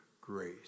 grace